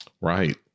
Right